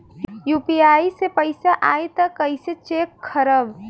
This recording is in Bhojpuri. यू.पी.आई से पैसा आई त कइसे चेक खरब?